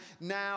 Now